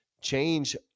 change